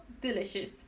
delicious